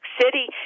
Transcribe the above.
City